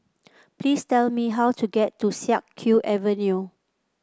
please tell me how to get to Siak Kew Avenue